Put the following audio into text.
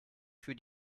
für